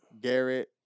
Garrett